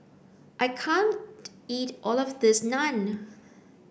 I can't eat all of this Naan